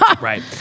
right